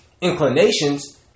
inclinations